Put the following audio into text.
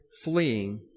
fleeing